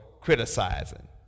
criticizing